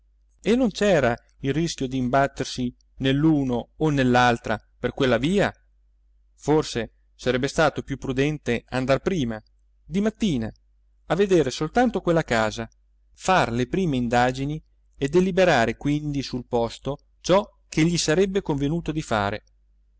e non c'era il rischio d'imbattersi nell'uno o nell'altra per quella via forse sarebbe stato più prudente andar prima di mattina a veder soltanto quella casa far le prime indagini e deliberare quindi sul posto ciò che gli sarebbe convenuto di fare